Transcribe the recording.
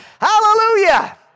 Hallelujah